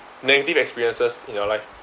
negative experiences in your life